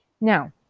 Now